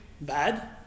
bad